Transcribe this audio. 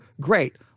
Great